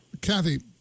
Kathy